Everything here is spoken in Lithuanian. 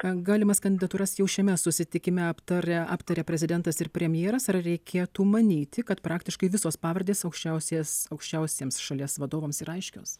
a galimas kandidatūras jau šiame susitikime aptaria aptarė prezidentas ir premjeras ar reikėtų manyti kad praktiškai visos pavardės aukščiausias aukščiausiems šalies vadovams yra aiškios